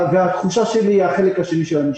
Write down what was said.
התחושה שלי היא החלק השני של המשפט.